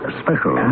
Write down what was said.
special